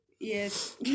Yes